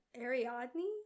Ariadne